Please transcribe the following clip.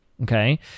Okay